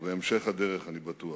ובהמשך הדרך, אני בטוח.